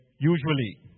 usually